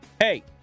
Hey